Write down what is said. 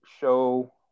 show